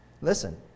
Listen